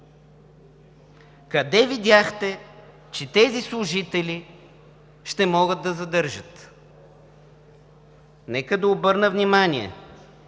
Къде видяхте, че тези служители ще могат да задържат? Нека да обърна внимание,